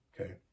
okay